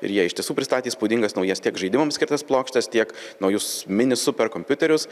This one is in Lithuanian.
ir jie iš tiesų pristatė įspūdingas naujas tiek žaidimams skirtas plokštes tiek naujus mini superkompiuterius